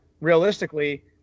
realistically